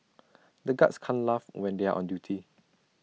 the guards can't laugh when they are on duty